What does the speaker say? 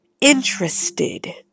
interested